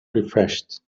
refreshed